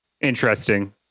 Interesting